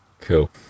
Cool